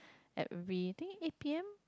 at re~ I think eight p_m